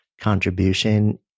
contribution